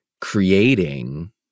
creating